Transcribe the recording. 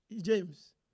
James